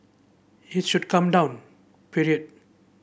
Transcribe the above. it should come down period